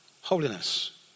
holiness